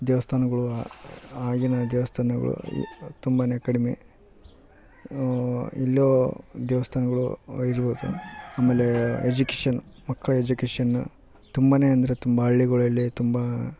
ದೇವಸ್ಥಾನಗಳು ಆಗಿನ ದೇವಸ್ಥಾನಗಳು ಈ ತುಂಬಾ ಕಡಿಮೆ ಇಲ್ಲೋ ದೇವಸ್ಥಾನಗಳು ಇರ್ಬೌದು ಆಮೇಲೆ ಎಜುಕೇಷನ್ ಮಕ್ಕಳ ಎಜುಕೇಷನ್ನ್ ತುಂಬಾ ಅಂದರೆ ತುಂಬ ಹಳ್ಳಿಗಳಲ್ಲಿ ತುಂಬ